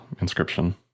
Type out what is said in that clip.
inscription